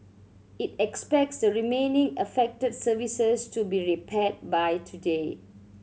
it expects the remaining affected services to be repaired by today